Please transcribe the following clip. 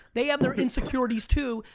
they have their insecurities too,